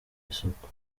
isoko